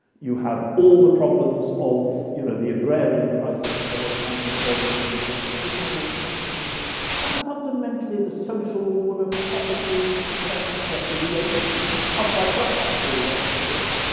you have all the problems of you know the agrarian crisis of the late nineteenth, early twentieth century hitting those peasantries and fundamentally the social order ah property, et cetera, et cetera. the elites are quite right to feel less secure.